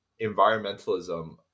environmentalism